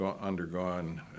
undergone